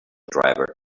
driver